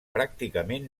pràcticament